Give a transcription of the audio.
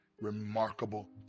remarkable